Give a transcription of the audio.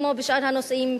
כמו בשאר הנושאים,